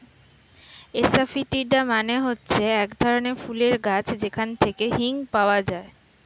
asafoetida মানে হচ্ছে এক ধরনের ফুলের গাছ যেখান থেকে হিং পাওয়া যায়